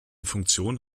funktion